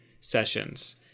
sessions